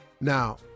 Now